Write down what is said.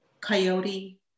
coyote